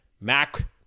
Mac